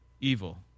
evil